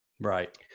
Right